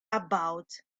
about